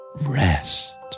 Rest